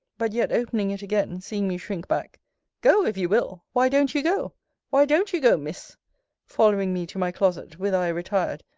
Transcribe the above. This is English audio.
but yet opening it again, seeing me shrink back go, if you will why don't you go why don't you go, miss following me to my closet, whither i retired,